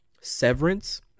Severance